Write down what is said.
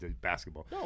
Basketball